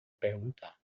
perguntar